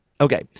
okay